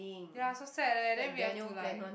ya so sad eh then we have to like